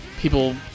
people